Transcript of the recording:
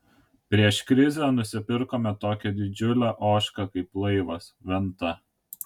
prieš krizę nusipirkome tokią didžiulę ožką kaip laivas venta